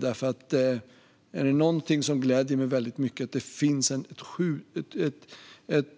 Det gläder mig mycket att det finns